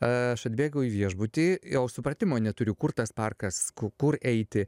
aš atbėgau į viešbutį o supratimo neturiu kur tas parkas kur eiti